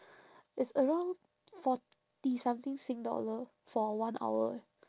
it's around forty something sing dollar for one hour